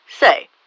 Say